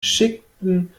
schickten